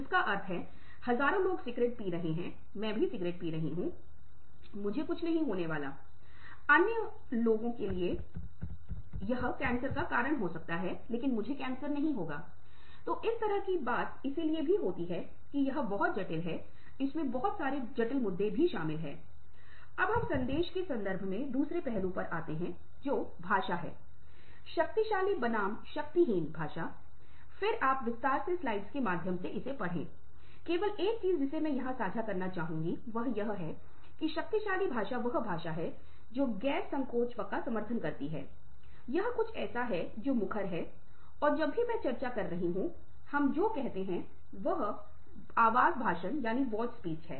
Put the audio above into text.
तो इस व्यक्ति को स्पष्ट रूप से मतभेद होंगे और यह जानना महत्वपूर्ण है कि दूसरा व्यक्ति मुझसे कैसे अलग है यह असहमत होने के लिए आवश्यक नहीं है कि आप हमेशा दूसरों के अंकओं को देख सकें और सहमत हों यह महत्वपूर्ण नहीं है कि आप एक असहमति की समझ विकसित करें लेकिन जो महत्वपूर्ण है वह यह है कि आप यह समझना सीखें कि दूसरा व्यक्ति कैसे अलग है कैसे वह क्या कह रहा है या वह अंतर को स्वीकार करने के लिए अलग अलग कह रहा है और इसे कुछ के रूप में स्वीकार करता है जो अभी भी हमारे अस्तित्व का हिस्सा है जो लेनदेन को बहुत आसान करता है